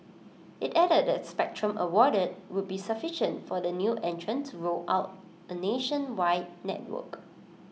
IT added the spectrum awarded would be sufficient for the new entrant to roll out A nationwide network